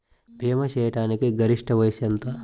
భీమా చేయాటానికి గరిష్ట వయస్సు ఎంత?